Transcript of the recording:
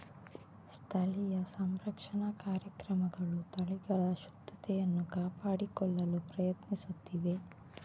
ಸ್ಥಳೀಯ ಸಂರಕ್ಷಣಾ ಕಾರ್ಯಕ್ರಮಗಳು ತಳಿಗಳ ಶುದ್ಧತೆಯನ್ನು ಕಾಪಾಡಿಕೊಳ್ಳಲು ಪ್ರಯತ್ನಿಸುತ್ತಿವೆ